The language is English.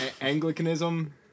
Anglicanism